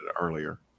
earlier